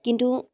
কিন্তু